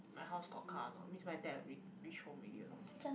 my house got car or not means my dad re~ reach home already lor